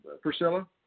Priscilla